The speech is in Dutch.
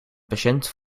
patiënt